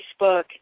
Facebook